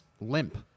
limp